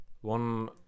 One